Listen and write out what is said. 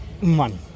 money